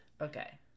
Okay